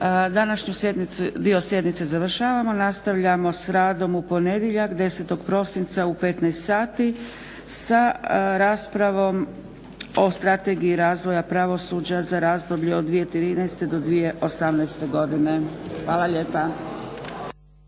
Današnji dio sjednice završavamo. Nastavljamo s radom u ponedjeljak 10. prosinca u 15,00 sati sa raspravom o Strategiji razvoja pravosuđa za razdoblje od 2013. do 2018. godine. Hvala lijepa.